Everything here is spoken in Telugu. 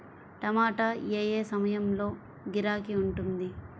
టమాటా ఏ ఏ సమయంలో గిరాకీ ఉంటుంది?